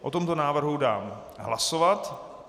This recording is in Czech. O tomto návrhu dám hlasovat.